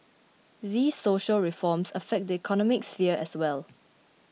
these social reforms affect the economic sphere as well